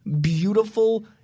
beautiful